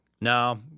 No